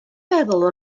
feddwl